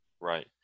Right